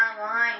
online